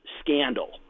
scandal